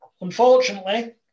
Unfortunately